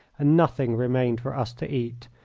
and nothing remained for us to eat,